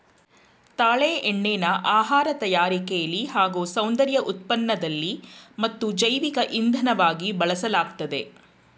ತಾಳೆ ಎಣ್ಣೆನ ಆಹಾರ ತಯಾರಿಕೆಲಿ ಹಾಗೂ ಸೌಂದರ್ಯ ಉತ್ಪನ್ನದಲ್ಲಿ ಮತ್ತು ಜೈವಿಕ ಇಂಧನವಾಗಿ ಬಳಸಲಾಗ್ತದೆ